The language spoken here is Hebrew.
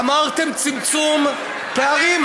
אמרתם: צמצום פערים.